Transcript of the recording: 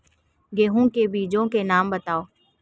गेहूँ के बीजों के नाम बताओ?